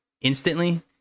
instantly